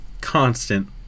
constant